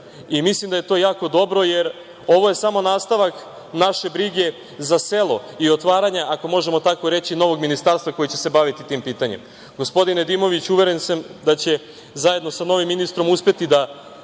i mislim da je to jako dobro, jer je ovo samo nastavak naše brige za selo i otvaranja ako možemo tako reći, novog ministarstva koje će se baviti tim pitanjima. Gospodin Nedimović, uveren sam da će zajedno sa novim ministrom uspeti da